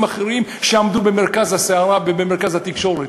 אחרים שעמדו במרכז הסערה ובמרכז התקשורת.